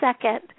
second